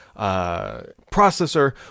processor